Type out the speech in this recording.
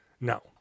No